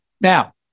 Now